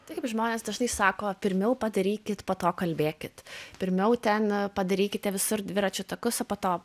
taip žmonės dažnai sako pirmiau padarykit po to kalbėkit pirmiau ten padarykite visur dviračių takus o po to